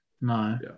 No